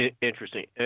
interesting